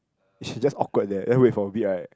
she just awkward there then wait for a bit right